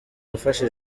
yafashe